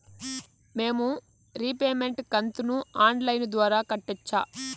మేము రీపేమెంట్ కంతును online ద్వారా కట్టొచ్చా